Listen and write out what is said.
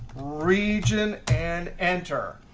region, and enter.